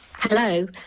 Hello